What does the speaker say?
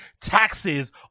taxes